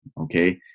Okay